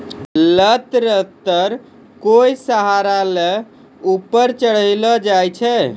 लत लत्तर कोय सहारा लै कॅ ऊपर चढ़ैलो जाय छै